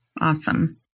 Awesome